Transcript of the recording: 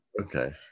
okay